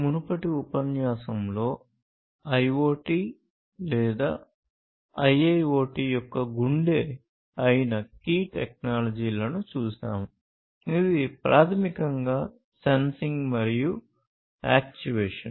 మునుపటి ఉపన్యాసంలో IoT లేదా IIoT యొక్క గుండె అయిన కీ టెక్నాలజీలను చూశాము ఇది ప్రాథమికంగా సెన్సింగ్ మరియు యాక్చుయేషన్